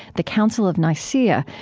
the council of nicea,